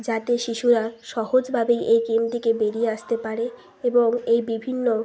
যাতে শিশুরা সহজভাবে এই গেম থেকে বেরিয়ে আসতে পারে এই বিভিন্ন